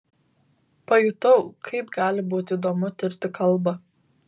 pajutau kaip gali būti įdomu tirti kalbą